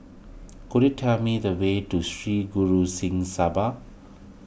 could you tell me the way to Sri Guru Singh Sabha